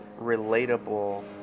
relatable